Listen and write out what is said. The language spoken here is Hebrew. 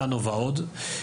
סנו ועוד.